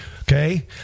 Okay